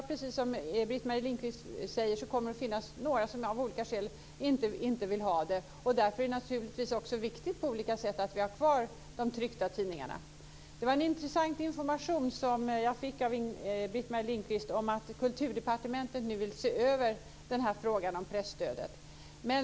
Precis som Britt Marie Lindkvist säger kommer det att finnas några som av olika skäl inte vill ha Internet, och därför är det naturligtvis viktigt att på olika sätt ha kvar de tryckta tidningarna. Det var en intressant information jag fick av Britt Marie Lindkvist, att Kulturdepartementet nu vill se över frågan om presstödet.